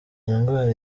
ndwara